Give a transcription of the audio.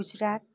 Gujarat